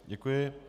Děkuji.